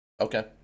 Okay